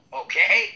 okay